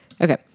Okay